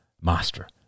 master